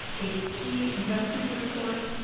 eight c investment report,